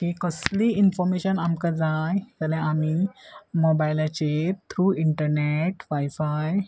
की कसलीय इनफोमेशन आमकां जाय जाल्या आमी मोबायलाचेर थ्रू इंटरनेट वायफाय